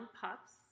pups